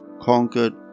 conquered